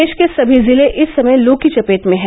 प्रदेष के सभी जिले इस समय लू के चपेट में हैं